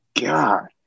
God